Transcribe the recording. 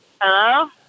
Hello